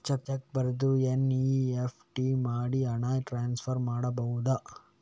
Check ಬರೆದು NEFT ಮಾಡಿ ಹಣ ಟ್ರಾನ್ಸ್ಫರ್ ಮಾಡಬಹುದು?